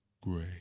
Gray